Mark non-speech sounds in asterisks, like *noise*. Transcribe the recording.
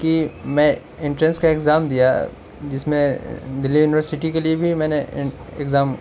کہ میں انٹرنس کا ایگزام دیا جس میں دہلی یونیورسٹی کے لیے بھی میں نے *unintelligible* ایگزام